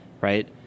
Right